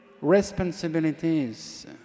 responsibilities